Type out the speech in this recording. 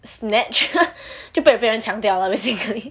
snatch 就被别人抢掉 lah basically